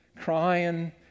crying